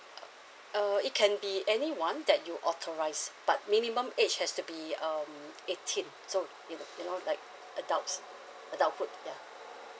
uh uh it can be anyone that you authorize but minimum age has to be um eighteen so you know you know like adults adulthood ya